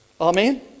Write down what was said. Amen